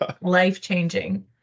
life-changing